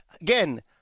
again